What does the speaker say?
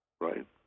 right